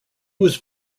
was